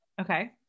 Okay